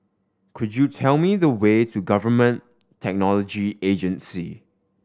could you tell me the way to Government Technology Agency